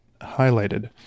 highlighted